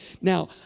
Now